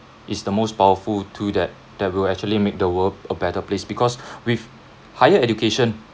is the most powerful tool that that will actually make the world a better place because with higher education